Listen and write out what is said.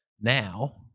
Now